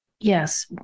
Yes